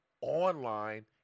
online